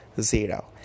Zero